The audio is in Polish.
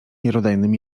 miarodajnym